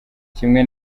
kimwe